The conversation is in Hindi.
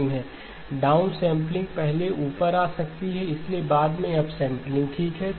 डाउन सैंपलिंग पहले ऊपर आ सकती है इसके बाद अप सैंपलिंग ठीक है